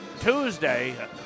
Tuesday